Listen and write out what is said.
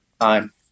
time